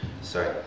Sorry